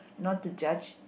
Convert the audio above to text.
not to judge